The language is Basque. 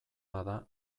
bada